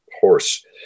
horse